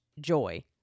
joy